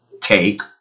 take